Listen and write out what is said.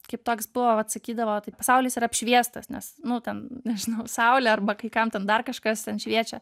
kaip toks buvo vat sakydavo taip pasaulis yra apšviestas nes nu ten nežinau saulė arba kai kam ten dar kažkas ten šviečia